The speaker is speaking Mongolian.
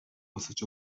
өсөж